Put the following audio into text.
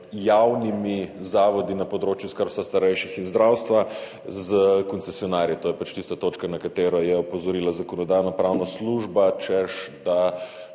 javnimi zavodi na področju skrbstva starejših in zdravstva s koncesionarji, to je pač tista točka na katero je opozorila Zakonodajno-pravna služba, češ da,